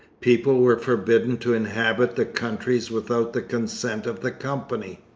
people were forbidden to inhabit the countries without the consent of the company.